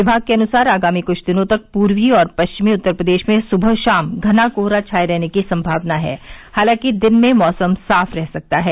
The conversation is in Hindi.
विभाग के अनुसार आगामी कुछ दिनों तक पूर्वी और पश्चिमी उत्तर प्रदेश में सुबह शाम घना कोहरा छाए रहने की सम्मावना है हालांकि दिन में मैसम साफ रह सकता है